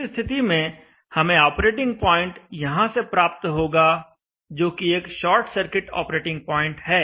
इस स्थिति में हमें ऑपरेटिंग पॉइंट यहां पर प्राप्त होगा जो कि एक शॉर्ट सर्किट ऑपरेटिंग पॉइंट है